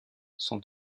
sont